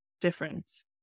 difference